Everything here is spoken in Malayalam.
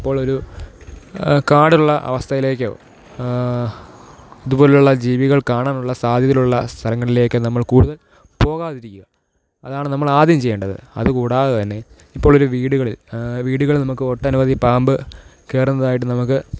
ഇപ്പോളൊരു കാടുള്ള അവസ്ഥയിലേക്കോ ഇതുപോലുള്ള ജീവികള് കാണാനുള്ള സാധ്യതയിലുള്ള സ്ഥലങ്ങളിലേക്ക് നമ്മള് കൂടുതല് പോകാതിരിക്കുക അതാണ് നമ്മൾ ആദ്യം ചെയ്യേണ്ടത് അതുകൂടാതെത്തന്നെ ഇപ്പോളൊരു വീടുകളില് വീടുകൾ നമുക്ക് ഒട്ടനവധി പാമ്പ് കയറുന്നതായിട്ട് നമുക്ക്